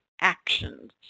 actions